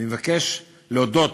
אני מבקש להודות